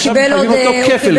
עכשיו מחייבים אותו כפל קנס.